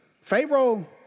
Pharaoh